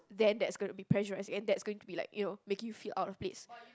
then that's gonna be pressurizing and that's going to be like you know making you feel out of place